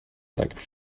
like